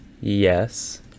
yes